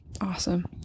Awesome